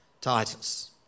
Titus